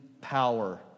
power